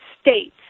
states